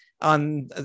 on